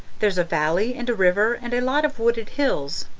there's a valley and a river and a lot of wooded hills,